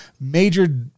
major